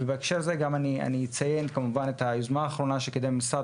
ובהקשר זה גם אציין כמובן את היוזמה האחרונה שקידם המשרד